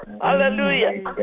Hallelujah